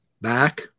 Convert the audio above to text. back